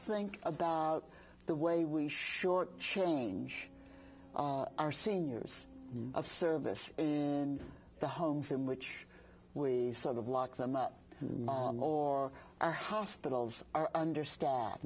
think about the way we shortchange our seniors of service and the homes in which we sort of lock them up or our hospitals are understaff